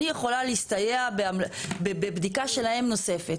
אני יכולה להסתייע בבדיקה שלהם נוספת.